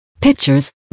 pictures